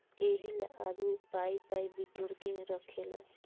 एहिला आदमी पाइ पाइ बिटोर के रखेला